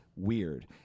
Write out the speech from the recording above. weird